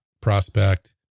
prospect